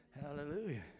Hallelujah